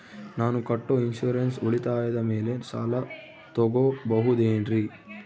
ನಾನು ಕಟ್ಟೊ ಇನ್ಸೂರೆನ್ಸ್ ಉಳಿತಾಯದ ಮೇಲೆ ಸಾಲ ತಗೋಬಹುದೇನ್ರಿ?